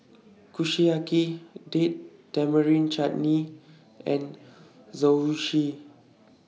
Kushiyaki Date Tamarind Chutney and Zosui